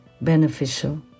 beneficial